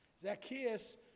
Zacchaeus